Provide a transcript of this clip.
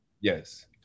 yes